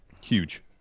huge